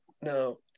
no